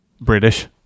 British